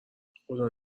خدا